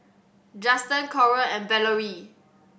Juston Coral and Valorie